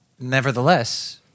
nevertheless